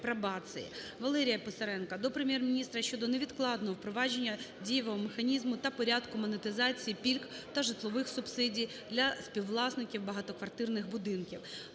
Валерія Писаренка до Прем'єр-міністра щодо невідкладного впровадження дієвого механізму та порядку монетизації пільг та житлових субсидій для співвласників багатоквартирних будинків.